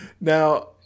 Now